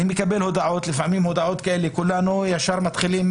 אני מקבל הודעות כאלה וכולנו ישר מתחילים